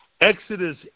Exodus